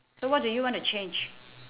so what do you want to change